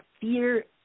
fear